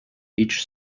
each